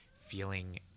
feeling